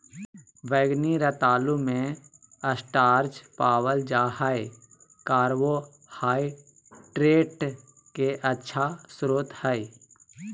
बैंगनी रतालू मे स्टार्च पावल जा हय कार्बोहाइड्रेट के अच्छा स्रोत हय